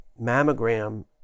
mammogram